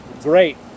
great